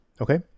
okay